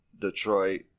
Detroit